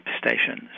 stations